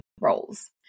roles